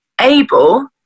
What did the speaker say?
able